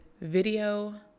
video